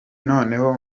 noneho